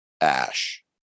ash